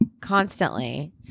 Constantly